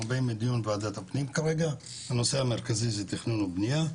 באים מדיון ועדת הפנים כרגע הנושא המרכזי זה תכנון ובנייה,